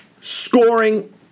scoring